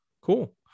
cool